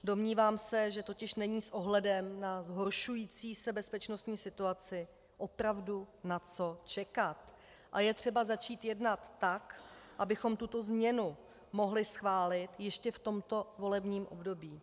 Domnívám se, že totiž není s ohledem na zhoršující se bezpečnostní situaci opravdu na co čekat a je třeba začít jednat tak, abychom tuto změnu mohli schválit ještě v tomto volebním období.